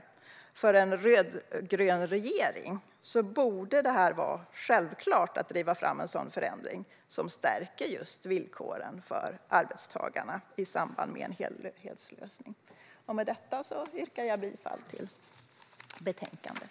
Möjlighet att avstå från återkallelse av uppehållstillstånd när arbetsgivaren själv-mant har avhjälpt brister För en rödgrön regering borde det vara självklart att driva fram en sådan förändring som stärker villkoren för arbetstagarna i samband med en helhetslösning. Med detta yrkar jag bifall till förslaget.